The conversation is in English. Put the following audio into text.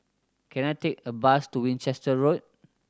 can I take a bus to Winchester Road